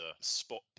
spot